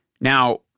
Now